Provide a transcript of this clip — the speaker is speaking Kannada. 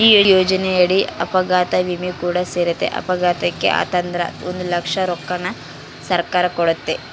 ಈ ಯೋಜನೆಯಡಿ ಅಪಘಾತ ವಿಮೆ ಕೂಡ ಸೇರೆತೆ, ಅಪಘಾತೆ ಆತಂದ್ರ ಒಂದು ಲಕ್ಷ ರೊಕ್ಕನ ಸರ್ಕಾರ ಕೊಡ್ತತೆ